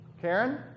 Karen